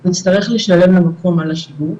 הוא יצטרך לשלם למקום על השילוט